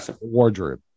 Wardrobe